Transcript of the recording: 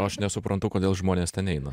aš nesuprantu kodėl žmonės ten eina